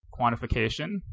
quantification